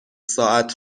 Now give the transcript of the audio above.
ساعت